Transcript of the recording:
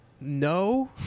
no